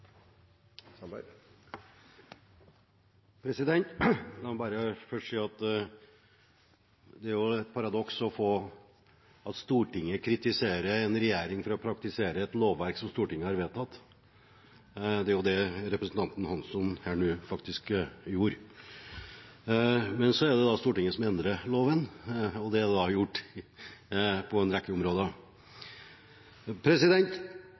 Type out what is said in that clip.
et paradoks at Stortinget kritiserer en regjering for å praktisere et lovverk som Stortinget har vedtatt. Det var det representanten Hansson nå faktisk gjorde. Men det er Stortinget som endrer loven, og det er gjort på en rekke områder.